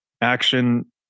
Action